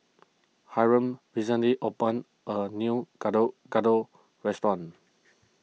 Hyrum recently opened a new Gado Gado restaurant